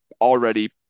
already